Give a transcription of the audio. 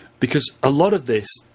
because a lot of this,